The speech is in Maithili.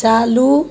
चालू